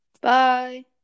bye